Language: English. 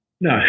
No